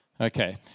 Okay